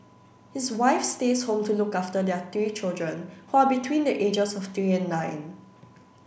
his wife stays home to look after their three children who are between the ages of three and nine